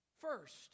first